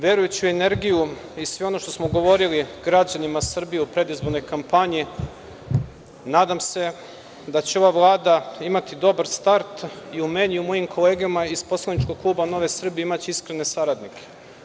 Verujući u energiju i sve ono što smo govorili građanima Srbije u predizbornoj kampanji, nadam se da će ova Vlada imati dobar start i u meni i mojim kolegama iz poslaničkog kluba Nove Srbije imaće iskrene saradnike.